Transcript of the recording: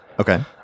Okay